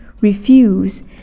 refuse